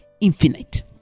infinite